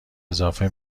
اضافه